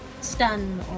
stun